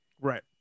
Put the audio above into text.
right